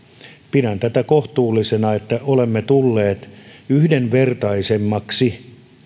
pidän kohtuullisena että olemme tulleet yhdenvertaisemmaksi